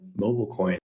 MobileCoin